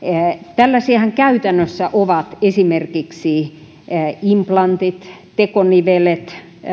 tällaisiahan käytännössä ovat esimerkiksi implanttien tekonivelten